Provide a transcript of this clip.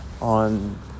On